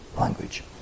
language